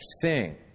sing